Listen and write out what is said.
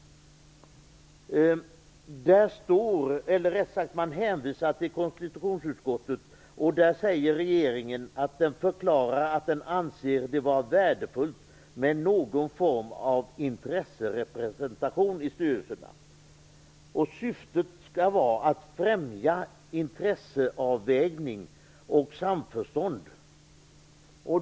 Man hänvisar till konstitutionsutskottet. Regeringen förklarar där att den anser det vara värdefullt med någon form av intresserepresentation i styrelserna. Syftet skall vara att främja intresseavvägning och samförstånd.